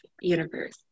universe